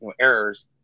errors